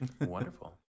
Wonderful